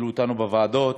התחילו אתנו בוועדות,